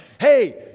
Hey